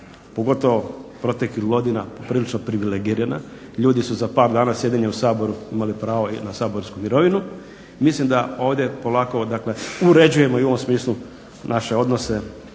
pogotovo proteklih godina prilično privilegirana, ljudi su za par dana sjedenja u Saboru imali pravo i na saborsku mirovinu. Mislim da ovdje polako uređujemo i u ovom smislu naše odnose